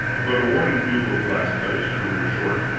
but a warning bugle-blast cut its career short.